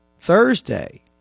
Thursday